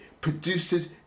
produces